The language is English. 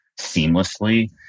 seamlessly